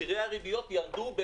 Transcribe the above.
מחירי הריביות ירדו.